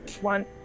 one